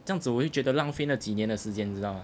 这样子我会觉得浪费那几年的时间你知道吗